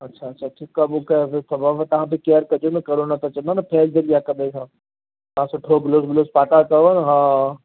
अच्छा अच्छा ठीकु आहे मूंखे बि ख़बर न तव्हां बि केअर कॼो ना कोरोना चवंदो न फैलजंदी आहे हिक ॿिए खां तव्हां सुठो ग्लव्ज़ वल्वज़ पाता अथव हा